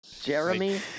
Jeremy